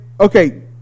Okay